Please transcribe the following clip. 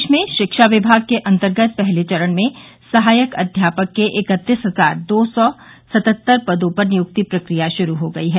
प्रदेश में शिक्षा विभाग के अर्न्तगत पहले चरण में सहायक अध्यापक के इकत्तीस हजार दो सौ सतहत्तर पदों पर नियुक्ति प्रकिया श्रू हो गई है